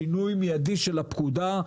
שינוי מיידי של הפקודה,